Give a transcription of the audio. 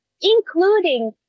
including